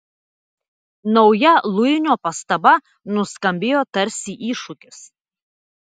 nauja luinio pastaba nuskambėjo tarsi iššūkis